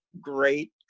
great